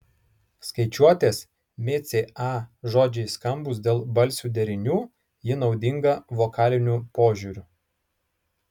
skaičiuotės micė a žodžiai skambūs dėl balsių derinių ji naudinga vokaliniu požiūriu